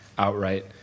outright